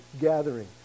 gathering